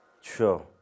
sure